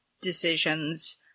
decisions